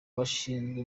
bashinzwe